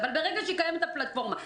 אבל ברגע שקיימת הפלטפורמה,